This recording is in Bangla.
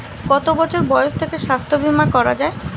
কত বছর বয়স থেকে স্বাস্থ্যবীমা করা য়ায়?